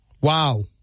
wow